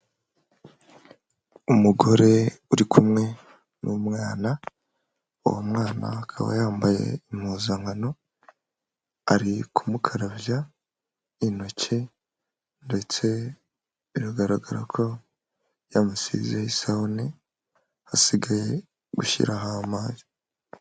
Umugore uri kumwe n'umwana, uwo mwana akaba yambaye impuzankano, ari kumukarabya intoki, ndetse biragaragara ko yamusiye isabune, hasigaye gushyiraho amazi.